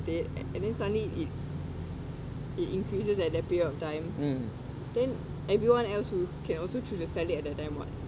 it and then suddenly it it increases at that period of time then everyone else who can also choose to sell it at that time [what]